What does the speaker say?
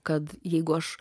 kad jeigu aš